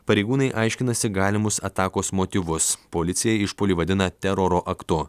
pareigūnai aiškinasi galimus atakos motyvus policija išpuolį vadina teroro aktu